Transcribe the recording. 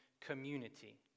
Community